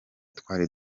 twari